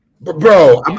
Bro